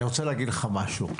אני רוצה להגיד לך משהו.